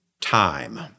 time